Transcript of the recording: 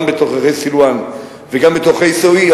גם בתוככי סילואן וגם בתוככי עיסאוויה,